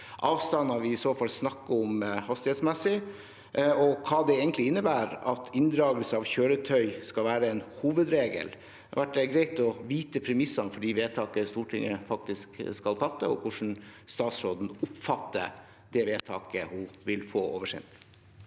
avstander vi i så fall snakker om, hastighetsmessig, og hva det egentlig innebærer at inndragelse av kjøretøy skal være en hovedregel? Det hadde vært greit å vite premissene for det vedtaket Stortinget skal fatte, og hvordan statsråden oppfatter det vedtaket hun vil få oversendt.